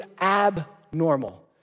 abnormal